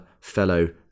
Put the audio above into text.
fellow